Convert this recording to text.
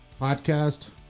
Podcast